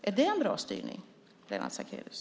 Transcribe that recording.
Är det en bra styrning, Lennart Sacrédeus?